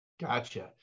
Gotcha